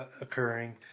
occurring